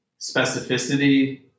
specificity